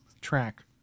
track